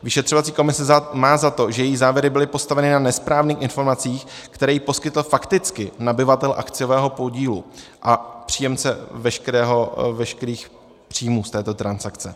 Vyšetřovací komise má za to, že její závěry byly postaveny na nesprávných informacích, které jí poskytl fakticky nabyvatel akciového podílu a příjemce veškerých příjmů z této transakce.